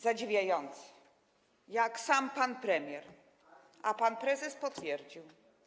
Zadziwiające, jak sam pan premier, a pan prezes potwierdził.